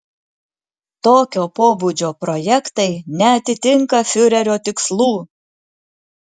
tokio pobūdžio projektai neatitinka fiurerio tikslų